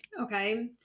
okay